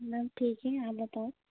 ma'am ठीक हैं आप बताओ